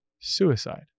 suicide